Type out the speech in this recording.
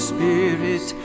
Spirit